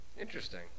Interesting